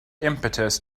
impetus